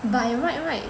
by right right